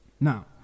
Now